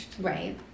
Right